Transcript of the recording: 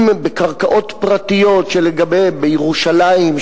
אם בקרקעות פרטיות בירושלים,